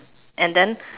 and then